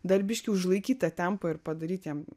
dar biškį užlaikyt tą tempą ir padaryt jiem